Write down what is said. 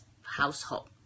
household